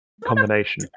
combination